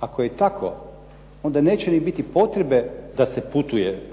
Ako je i tako, onda neće ni biti potrebe da se putuje